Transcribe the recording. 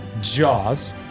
jaws